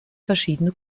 verschiedene